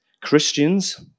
Christians